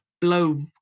blow